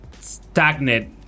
stagnant